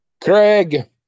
craig